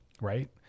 right